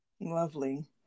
Lovely